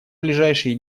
ближайшие